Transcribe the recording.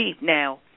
now